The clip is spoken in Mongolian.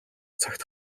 цагт